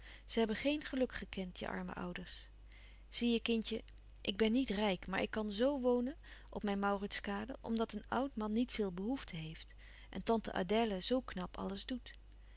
ze hebben geen geluk gekend je arme ouders zie je kindje ik ben niet rijk maar ik kan zoo wonen op mijn mauritskade omdat een oud man niet veel behoeften heeft en tante adèle zoo knap alles doet